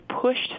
pushed